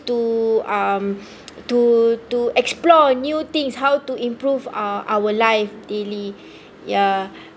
to um to to explore new things how to improve uh our life daily ya